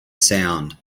sound